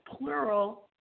plural